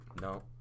no